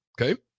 Okay